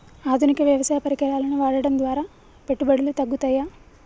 ఆధునిక వ్యవసాయ పరికరాలను వాడటం ద్వారా పెట్టుబడులు తగ్గుతయ?